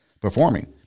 performing